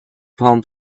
palm